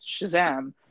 Shazam